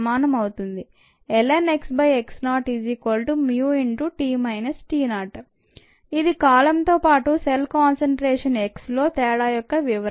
ln xx0μt t0 ఇది కాలంతో పాటుసెల్ కాన్సంట్రేషన్ xలో తేడా యొక్క వివరణ